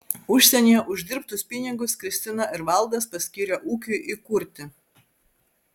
užsienyje uždirbtus pinigus kristina ir valdas paskyrė ūkiui įkurti